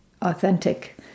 authentic